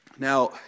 Now